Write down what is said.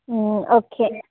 okay